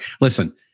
Listen